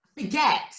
forget